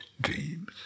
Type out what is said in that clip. dreams